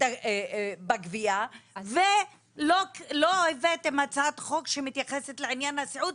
בגבייה ולא הבאתם הצעת חוק שמתייחסת לעניין הסיעוד,